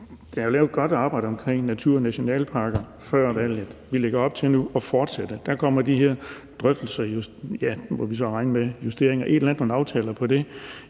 Der er lavet et godt arbejde omkring naturnationalparker før valget. Vi lægger op til nu at fortsætte. Der kommer de her drøftelser og justeringer, må vi så regne med, og der bliver lavet nogle aftaler om det.